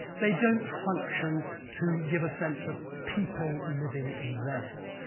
they don't function to give a sense of people living in venice.